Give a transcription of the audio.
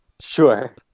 Sure